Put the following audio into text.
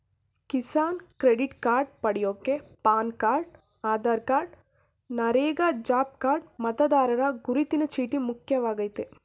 Kisan credit card ಪಡ್ಯೋಕೆ PAN card Aadhaar card NREGA job card ಮತದಾರರ ಗುರುತಿನ ಚೀಟಿ ಮುಖ್ಯವಾಗಯ್ತೆ